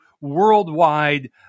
worldwide